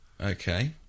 Okay